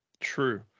True